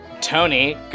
Tony